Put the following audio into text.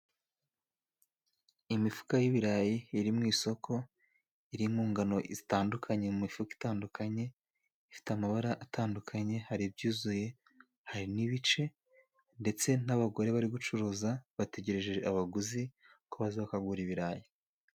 Imifuka y'ibirayi iri mu isoko iri mu ngano zitandukanye mu mifuka itandukanye ifite amabara atandukanye, hari ibyuzuye hari n'ibice ndetse n'abagore bari gucuruza bategereje abaguzi ko baza bakagura ibirayi.